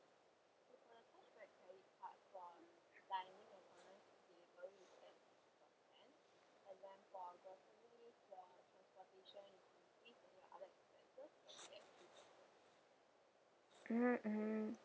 mm mm